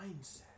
mindset